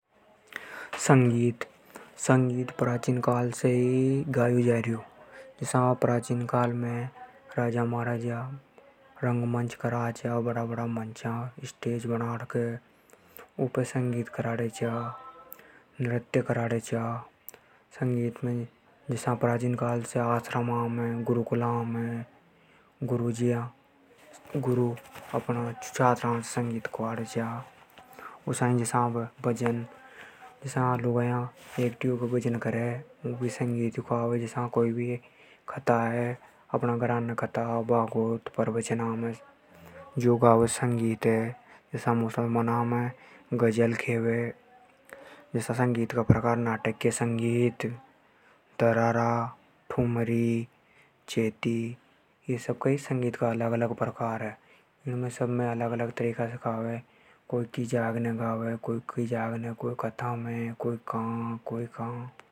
संगीत प्राचीन काल से ही गायो जावे। राजा महाराजा रंग मंच करा चा। उपे संगीत करा चा। जसा भजन कर बो एक तरह से संगीत ही है। संगीत का कई अलग-अलग प्रकार है। सबमें अलग-अलग प्रकार से गावे।